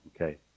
Okay